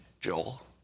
Joel